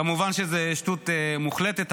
כמובן שזאת שטות מוחלטת.